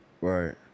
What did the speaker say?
right